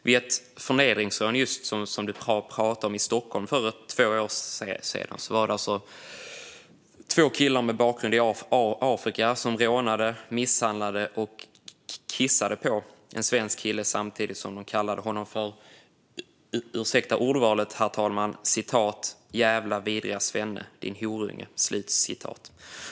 Vid ett förnedringsrån som skedde i Stockholm för två år sedan var det två killar med bakgrund i Afrika som rånade, misshandlade och kissade på en svensk kille samtidigt som de kallade honom sådant som - ursäkta ordvalet, herr talman - jävla vidriga svenne och horunge.